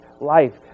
life